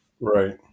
Right